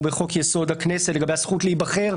כמו בחוק יסוד: הכנסת לגבי הזכות להיבחר,